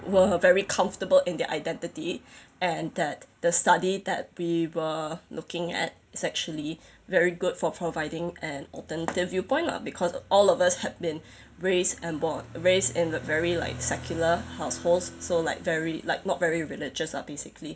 were very comfortable in their identity and that the study that we were looking at is actually very good for providing an alternative viewpoint lah because all of us had been raised and born raised in a very like secular households so like very like not very religious lah basically